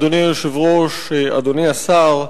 אדוני היושב-ראש, אדוני השר,